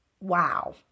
Wow